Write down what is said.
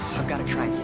i've gotta try and